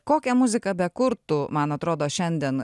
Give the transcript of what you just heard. kokią muziką bekurtų man atrodo šiandien